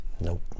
Nope